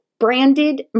Branded